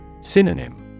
Synonym